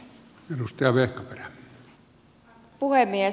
arvoisa puhemies